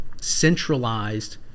centralized